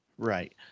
right